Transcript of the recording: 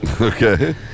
Okay